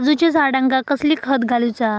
काजूच्या झाडांका कसला खत घालूचा?